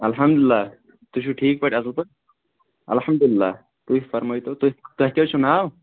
الحمدُاللہ تُہۍ چھُو ٹھیٖک پٲٹھۍ اَصٕل پٲٹھۍ اَلحمدُاللہ تُہۍ فرمٲیۍ تَو تُہۍ تُہۍ کیٛاہ حظ چھُو ناو